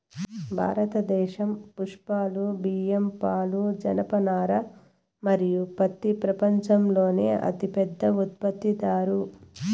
భారతదేశం పప్పులు, బియ్యం, పాలు, జనపనార మరియు పత్తి ప్రపంచంలోనే అతిపెద్ద ఉత్పత్తిదారు